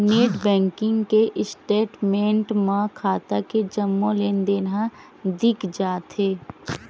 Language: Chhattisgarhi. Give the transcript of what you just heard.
नेट बैंकिंग के स्टेटमेंट म खाता के जम्मो लेनदेन ह दिख जाथे